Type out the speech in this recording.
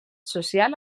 social